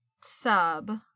sub